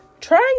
trying